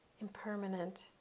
impermanent